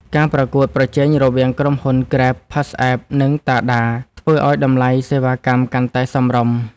ការប្រកួតប្រជែងរវាងក្រុមហ៊ុន Grab, PassApp និង Tada ធ្វើឱ្យតម្លៃសេវាកម្មកាន់តែសមរម្យ។